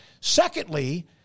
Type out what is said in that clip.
Secondly